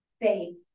faith